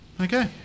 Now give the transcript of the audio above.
Okay